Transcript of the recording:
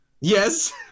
Yes